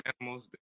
animals